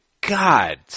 God